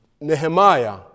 Nehemiah